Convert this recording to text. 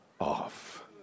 off